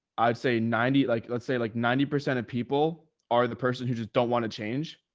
i'd say ninety, like, let's say like ninety percent of people are the person who just don't want to change.